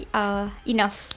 enough